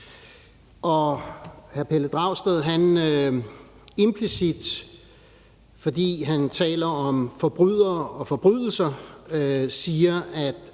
Hr. Pelle Dragsted siger implicit, fordi han taler om forbrydere og forbrydelser, at